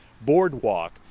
boardwalk